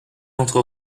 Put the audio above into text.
entre